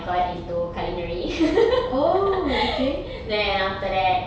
got into culinary then after that